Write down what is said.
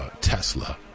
Tesla